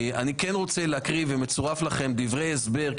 אני רוצה להקריא, ומצורף לכם, דברי הסבר.